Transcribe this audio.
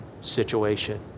situation